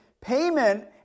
payment